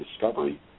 discovery